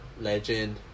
legend